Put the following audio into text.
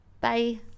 bye